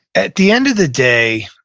at the end of the day,